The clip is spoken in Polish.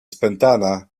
spętana